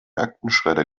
aktenschredder